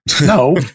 No